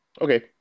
Okay